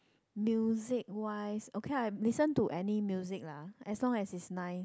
music wise okay lah I listen to any music lah as long as is nice